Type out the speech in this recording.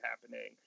happening